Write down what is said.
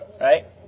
Right